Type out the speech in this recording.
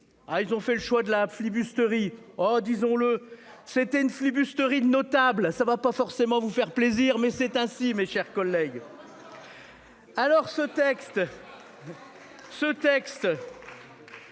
ils ont fait le choix de la flibusterie. Disons-le, c'est une flibusterie de notable. Ça ne va pas forcément vous faire plaisir, mais c'est ainsi. Mes chers collègues. Alors ce texte. Ce texte.